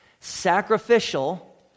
sacrificial